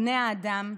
בני האדם,